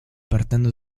partendo